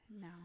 No